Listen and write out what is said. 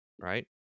right